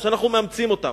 שאנחנו מאמצים אותם,